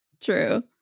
True